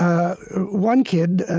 ah one kid, ah